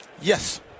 Yes